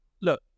look